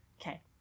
Okay